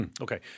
Okay